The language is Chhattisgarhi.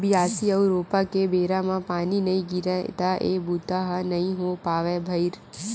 बियासी अउ रोपा के बेरा म पानी नइ गिरय त ए बूता ह नइ हो पावय भइर